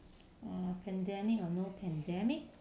err pandemic or no pandemic